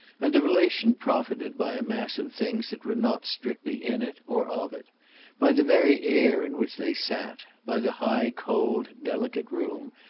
and the relation profited by a mass of things that were not strictly in it or of it by the very air in which they sat, by the high cold delicate room,